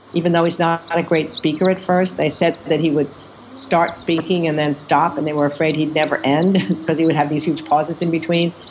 even though he's not a great speaker at first, they said that he would start speaking, and then stop and they were afraid he'd never end, because he would have these huge pauses in between.